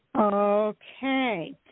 Okay